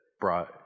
brought